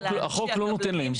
החוק לא נותן להם.